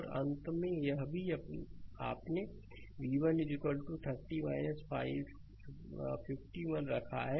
और अंत में यहाँ भी आपने v1 30 51 रखा है